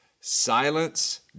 Silence